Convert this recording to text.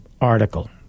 article